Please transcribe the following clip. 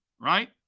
right